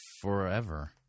forever